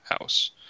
house